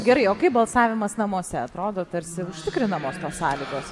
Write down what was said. gerai o kaip balsavimas namuose atrodo tarsi užtikrinamos sąlygos